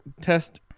test